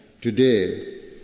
today